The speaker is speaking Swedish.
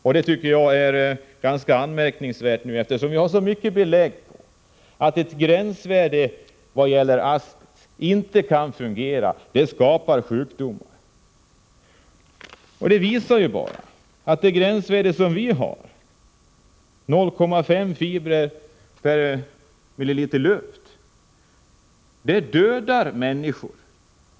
Jag tycker att detta är ganska anmärkningsvärt, eftersom vi har så mycket belägg för att en tillämpning av ett gränsvärde inte kan fungera. Det skapar sjukdomar. Det har ju visat sig att det gränsvärde som vi har, 0,5 fibrer per 1 milliliter luft, leder till att människor dör.